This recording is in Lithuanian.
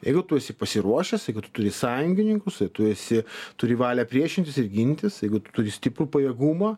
jeigu tu esi pasiruošęs jeigu tu turi sąjungininkus tai tu esi turi valią priešintis ir gintis jeigu turi stiprų pajėgumą